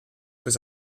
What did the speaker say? bis